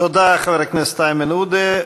תודה, חבר הכנסת איימן עודה.